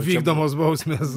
vykdomos bausmės